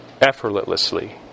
effortlessly